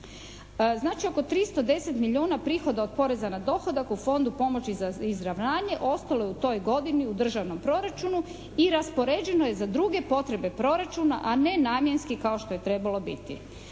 Znači oko 310 milijuna prihoda od poreza na dohodak u Fondu pomoći za izravnanje ostalo je u toj godini u državnom proračunu i raspoređeno je za druge potrebe proračuna, a ne namjenski kao što je trebalo biti.